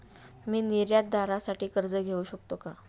मी निर्यातदारासाठी कर्ज घेऊ शकतो का?